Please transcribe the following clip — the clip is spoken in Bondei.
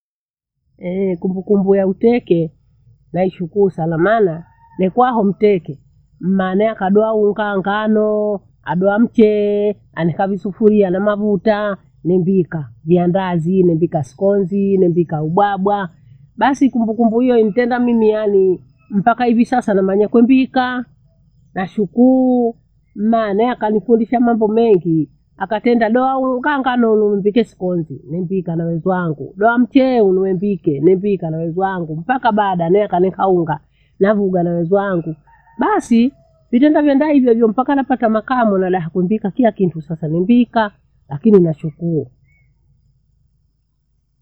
Ehe! kumbukumbu yamteke naishukuru sana. Maana nikwaho mteke mmane akadoa unga, ngano, adowa mchee anika visufuria na mavutaa nembikha viandazi, nembika skonzi, nembika ubwabwa. Basi kumbukumbu hiyo nitenda mimi yaani mpaka hivi sasa namanya kwembika nashukuru ma, nae akanifundisha mambo mengii. Akatenda doa huo unga ngano ulolombike skonzi, nembika nawezwangu. Lua mchele uwembike, nembika na wenzwangu, mpaka bada nea akanika unga, navugha nawenzwangu. Basi vitenda vitenda hivo hivo mpaka napata makamo naolaha kumbika kila kitu, sasa nembika lakini nashukuru.